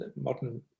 modern